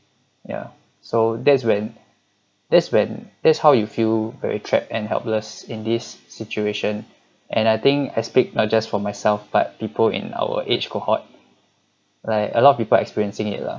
ya so that's when that's when that's how you feel very trapped and helpless in this situation and I think I speak not just for myself but people in our age cohort like a lot of people experiencing it lah